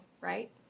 right